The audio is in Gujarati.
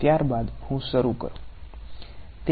ત્યારબાદ હું શરુ કરું